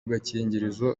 gakingirizo